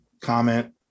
comment